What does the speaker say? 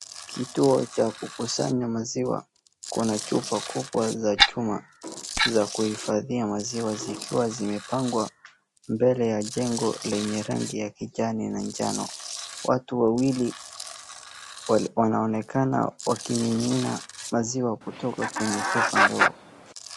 Kituo cha kukusanya maziwa kuna chupa kubwa za chuma za kuhifadhia maziwa zikiwa zimepangwa mbele ya jengo lenye rangi ya kijani na njano. Wagu wawili wanaonekana wakimimina maziwa kutoka kwenye chupa ndogo.